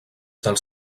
dels